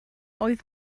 oedd